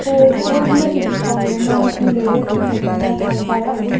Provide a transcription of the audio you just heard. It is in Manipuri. ꯑꯣ ꯍꯣꯏ ꯍꯟꯗꯛꯀꯤꯗꯤ ꯁꯥꯎꯕꯤꯔꯅꯨ ꯃꯊꯪꯗꯩꯗꯤ ꯑꯗꯨꯝ ꯐꯖꯅ ꯊꯥꯖꯔꯛꯂꯒꯦ